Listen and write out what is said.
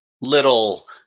little